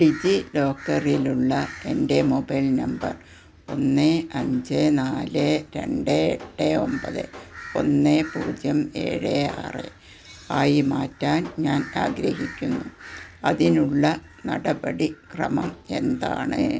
ഡിജി ലോക്കറിലുള്ള എന്റെ mobile number ഒന്ന് അഞ്ച് നാല് രണ്ട് എട്ട് ഒമ്പത് ഒന്ന് പൂജ്യം ഏഴ് ആറ് ആയി മാറ്റാൻ ഞാൻ ആഗ്രഹിക്കുന്നു അതിനുള്ള നടപടി ക്രമം എന്താണ്